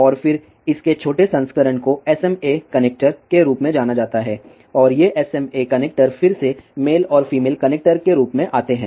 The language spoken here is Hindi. और फिर इसके छोटे संस्करण को SMA कनेक्टर के रूप में जाना जाता है और ये SMA कनेक्टर फिर से मेल और फीमेल कनेक्टर के रूप में आते हैं